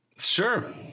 Sure